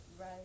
right